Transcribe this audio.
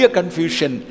Confusion